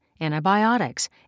antibiotics